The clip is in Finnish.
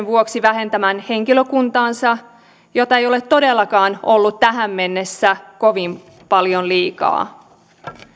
vuoksi vähentämään henkilökuntaansa jota ei ole todellakaan ollut tähän mennessä kovin paljon liikaa